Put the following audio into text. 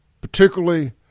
particularly